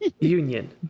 Union